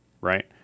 right